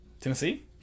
Tennessee